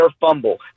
fumble